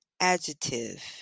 adjective